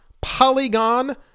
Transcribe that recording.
Polygon